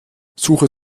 suche